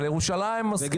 אבל ירושלים.